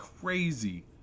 crazy